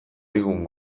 digun